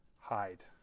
hide